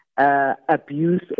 Abuse